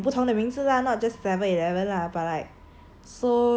but so it's like 有不同的名字 lah not just Seven-Eleven lah but like